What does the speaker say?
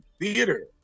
theater